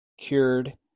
cured